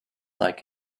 like